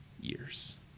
years